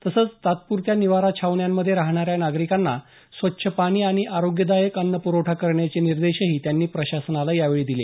तसंच तात्पूरत्या निवारा छावण्यांमध्ये राहणाऱ्या नागरिकांना स्वच्छ पाणी आणि आरोग्यदायक अन्न प्रवठा करण्याचे निर्देशही त्यांनी प्रशासनाला यावेळी दिले